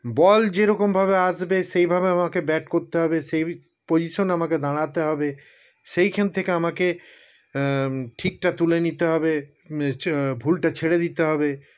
বল যেরকমভাবে আসবে সেইভাবে আমাকে ব্যাট করতে হবে সেই পজিশনে আমাকে দাঁড়াতে হবে সেইখান থেকে আমাকে ঠিকটা তুলে নিতে হবে ভুলটা ছেড়ে দিতে হবে